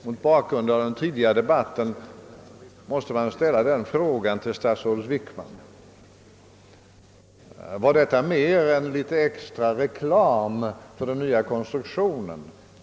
Mot bakgrunden av den tidigare debatten måste man väl ställa den frågan till statsrådet Wickman, om detta var något mera än litet extra reklam för den nya konstruktionen.